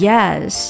Yes